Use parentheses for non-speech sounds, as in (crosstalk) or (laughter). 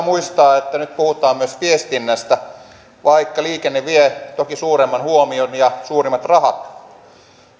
(unintelligible) muistaa että nyt puhutaan myös viestinnästä vaikka liikenne vie toki suuremman huomion ja suurimmat rahat